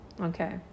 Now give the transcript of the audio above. Okay